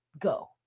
go